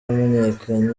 wamenyekanye